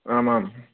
आम् आम्